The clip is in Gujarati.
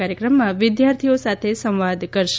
કાર્યક્રમમાં વિદ્યાર્થીઓ સાથે સંવાદ કરશે